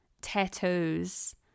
tattoos